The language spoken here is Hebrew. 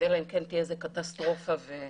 הרפורמה הזאת היא סופר חשובה, סופר חיונית,